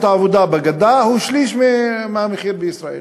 העבודה בגדה הוא שליש מהמחיר בישראל.